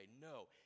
No